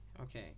Okay